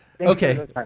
Okay